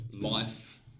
life